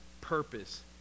purpose